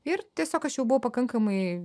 ir tiesiog aš jau buvau pakankamai